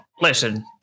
listen